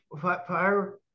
fire